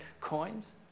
coins